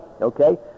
Okay